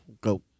Go